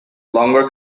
longer